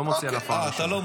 אני לא מוציא על הפרעה ראשונה.